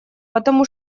потому